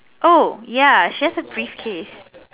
oh ya she has a briefcase